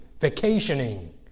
vacationing